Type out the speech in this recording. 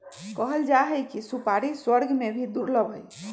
कहल जाहई कि सुपारी स्वर्ग में भी दुर्लभ हई